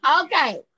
Okay